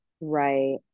Right